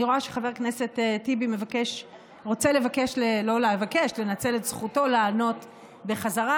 אני רואה שחבר הכנסת טיבי רוצה לנצל את זכותו לענות בחזרה,